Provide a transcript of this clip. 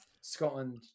Scotland